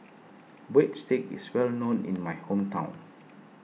Breadsticks is well known in my hometown